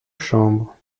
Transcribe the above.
chambre